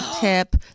tip